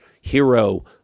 hero